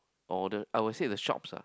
or the I would say the shops ah